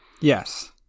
Yes